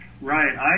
Right